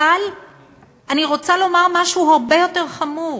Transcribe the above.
אבל אני רוצה לומר משהו הרבה יותר חמור,